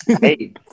Hey